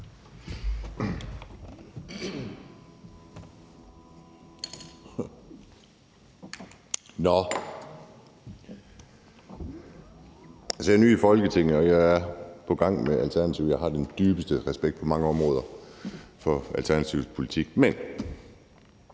Nå. Jeg er ny i Folketinget, jeg har kontor på samme gang som Alternativet, og jeg har den dybeste respekt på mange områder for Alternativets politik. Men